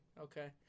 Okay